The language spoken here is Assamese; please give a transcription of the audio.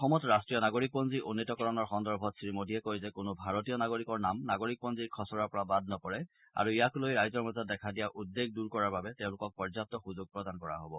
অসমত ৰাষ্ট্ৰীয় নাগৰিকপঞ্জী উন্নীতকৰণৰ সন্দৰ্ভত শ্ৰীমোডীয়ে কয় যে কোনো ভাৰতীয় নাগৰিকৰ নাম নাগৰিকপঞ্জীৰ খচৰাৰ পৰা বাদ নপৰে আৰু ইয়াক লৈ ৰাইজৰ মাজত দেখা দিয়া উদ্বেগ দূৰ কৰাৰ বাবে তেওঁলোকক পৰ্যাপ্ত সুযোগ প্ৰদান কৰা হব